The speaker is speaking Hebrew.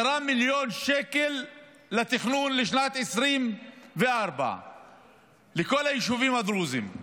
10 מיליון שקל לתכנון לשנת 2024 לכל היישובים הדרוזיים,